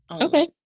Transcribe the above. Okay